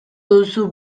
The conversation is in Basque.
duzu